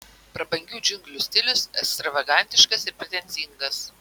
prabangių džiunglių stilius ekstravagantiškas ir pretenzingas